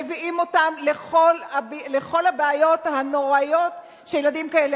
מביאות אותם לכל הבעיות הנוראיות של ילדים כאלה.